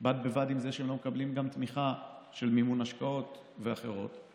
בד בבד עם זה שהם לא מקבלים תמיכה של מימון השקעות ותמיכות אחרות,